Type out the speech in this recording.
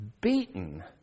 beaten